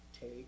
Take